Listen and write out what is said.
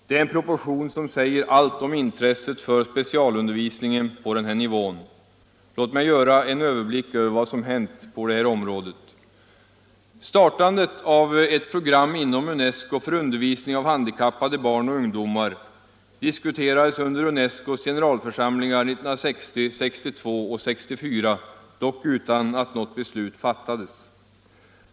Det är en proportion som säger allt om intresset för specialundervisningen på denna nivå. Låt mig göra en överblick över vad som hänt på området. Startandet av ett program inom UNESCO för undervisning av handikappade barn och ungdomar diskuterades under UNESCO:s generalförsamlingar 1960, 1962 och 1964 utan att något beslut fattades.